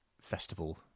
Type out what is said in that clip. festival